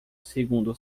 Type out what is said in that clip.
segundo